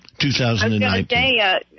2019